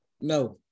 No